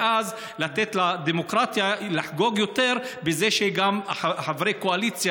ואז לתת לדמוקרטיה לחגוג יותר בזה שגם חברי הקואליציה,